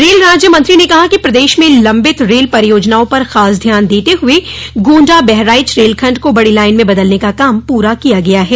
rail राज्य मंत्री ने कहा कि प्रदेश में लम्बित रेल परियोजनाओं पर खास ध्यान देते हुए गोण्डा बहराइच रेलखंड को बड़ी लाइन में बदलने का काम पूरा किया गया है